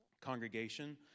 Congregation